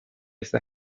esa